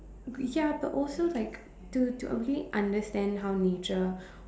ya but also like to to really understand how nature